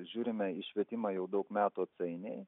žiūrime į švietimą jau daug metų atsainiai